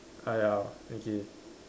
ah ya okay